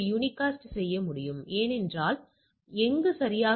எனவே எனக்கு ஒரு மாதிரி இருக்கிறது சரிதானே